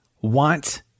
want